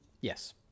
Yes